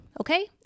Okay